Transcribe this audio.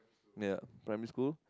ya primary school